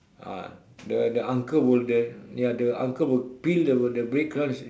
ah the the uncle will the ya the uncle will peel the bread crumbs